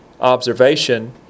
observation